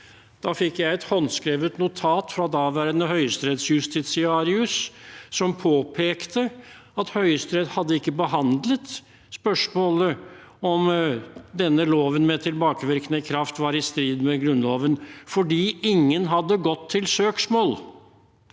Da fikk jeg et håndskrevet notat fra daværende høyesterettsjustitiarius, som påpekte at Høyesterett ikke hadde behandlet spørsmålet om denne loven med tilbakevirkende kraft var i strid med Grunnloven, fordi ingen hadde gått til søksmål.